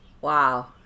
Wow